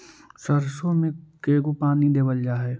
सरसों में के गो पानी देबल जा है?